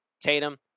Tatum